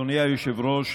אדוני היושב-ראש,